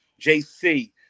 JC